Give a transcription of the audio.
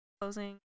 closing